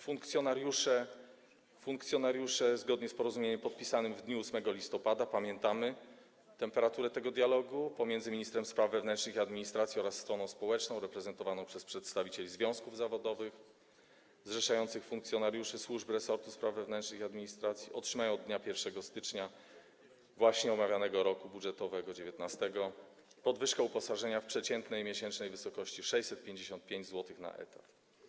Funkcjonariusze, zgodnie z porozumieniem podpisanym w dniu 8 listopada - pamiętamy temperaturę tego dialogu - pomiędzy ministrem spraw wewnętrznych i administracji oraz stroną społeczną reprezentowaną przez przedstawicieli związków zawodowych zrzeszających funkcjonariuszy służb resortu spraw wewnętrznych i administracji, otrzymają od dnia 1 stycznia omawianego roku budżetowego, 2019, podwyżkę uposażenia w przeciętnej miesięcznej wysokości 655 zł na etat.